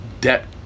debt